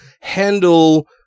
handle